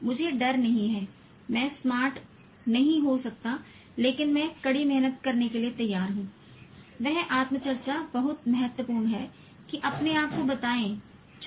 मुझे डर नहीं है मैं स्मार्ट नहीं हो सकता लेकिन मैं कड़ी मेहनत करने के लिए तैयार हूं वह आत्म चर्चा यह बहुत महत्वपूर्ण है कि अपने आप को बताएं चलो